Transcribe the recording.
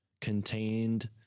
contained